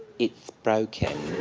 it's broken.